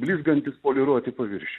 blizgantys poliruoti paviršiai